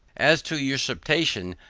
as to usurpation,